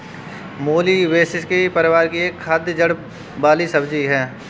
मूली ब्रैसिसेकी परिवार की एक खाद्य जड़ वाली सब्जी है